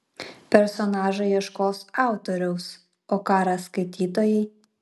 personažai ieškos autoriaus o ką ras skaitytojai